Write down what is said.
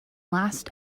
last